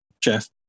Jeff